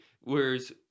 whereas